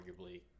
arguably